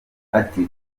ati